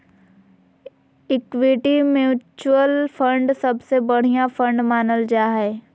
equity mutual fund सबसे बढ़िया fund मानल जा हय